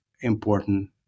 important